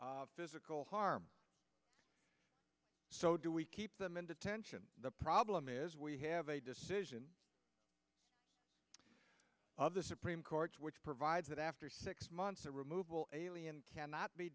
physical harm so do we keep them in detention the problem is we have a decision of the supreme court which provides that after six months a removal alien cannot be